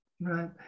Right